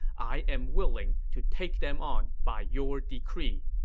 i am willing to take them on by your decree.